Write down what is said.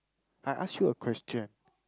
I ask you a question